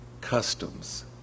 customs